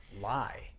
lie